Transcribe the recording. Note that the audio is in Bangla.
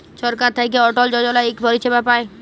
ছরকার থ্যাইকে অটল যজলা ইক পরিছেবা পায়